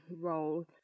role